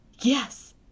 Yes